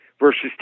versus